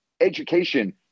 education